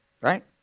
Right